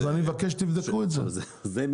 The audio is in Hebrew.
אז אני מבקש שתבדקו את זה.